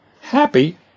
happy